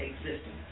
existence